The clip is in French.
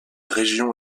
région